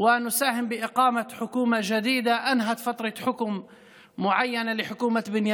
להשתתף בקואליציה, לראשונה אי פעם,